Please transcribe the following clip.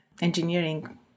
engineering